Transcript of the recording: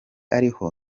ariho